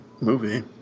movie